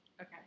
Okay